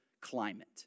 climate